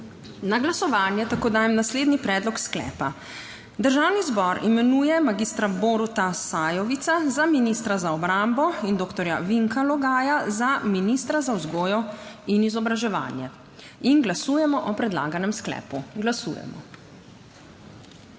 Na glasovanje tako dajem naslednji predlog sklepa: Državni zbor imenuje magistra Boruta Sajovica za ministra za obrambo in doktorja Vinka Logaja za ministra za vzgojo in izobraževanje. Glasujemo. Navzočih je